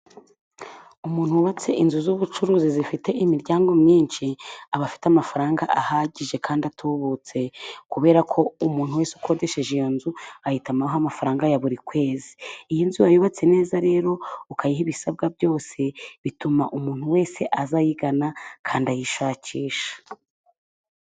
Umuntu wubatse inzu z'ubucuruzi zifite imiryango myinshi ,aba afite amafaranga ahagije kandi atubutse, kubera ko umuntu wese ukodesheje iyo nzu ,ahita amuha amafaranga ya buri kwezi. Iyo inzu wayubatse neza rero ukayiha ibisabwa byose ,bituma umuntu wese aza ayigana kandi aza ayishakisha